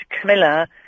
Camilla